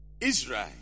Israel